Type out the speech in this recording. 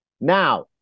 Now